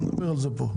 אבל נדבר על זה פה.